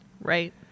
Right